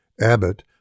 Abbott